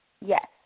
Yes